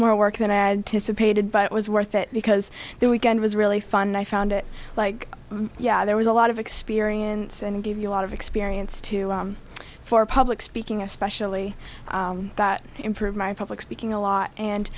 more work than i anticipated but it was worth it because the weekend was really fun and i found it like yeah there was a lot of experience and gave you a lot of experience too for public speaking especially that improve my public speaking a lot and